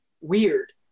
weird